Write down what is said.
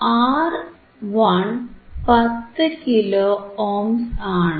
R1 10 kilo ohms ആണ്